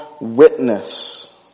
witness